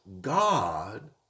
God